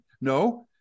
No